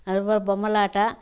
அதுபோல பொம்மலாட்டம்